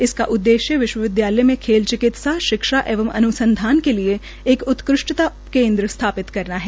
इसका उद्देश्य विश्वविद्यालय में खेल चिकित्सा शिक्षा एवं अनुसंधान के लिए एक उत्कृष्टता केन्द्र स्थापित करना है